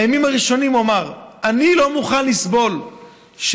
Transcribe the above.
מהימים הראשונים הוא אמר: אני לא מוכן לסבול שבלניות,